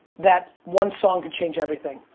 that one song could change everything.